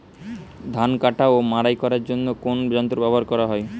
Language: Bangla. ধান কাটা ও মাড়াই করার জন্য কোন যন্ত্র ব্যবহার করা হয়?